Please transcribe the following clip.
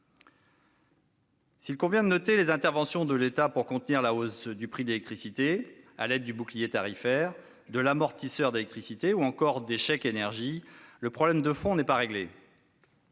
S'il convient de noter les interventions de l'État pour contenir la hausse du prix de l'électricité à l'aide du bouclier tarifaire, du dispositif « amortisseur électricité » ou encore des chèques énergie, le problème de fond n'est pas réglé.